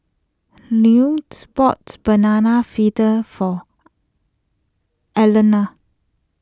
boats Banana Fritters for Alaina